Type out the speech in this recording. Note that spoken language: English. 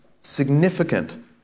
significant